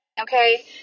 Okay